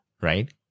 right